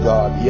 God